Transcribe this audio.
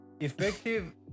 effective